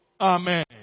Amen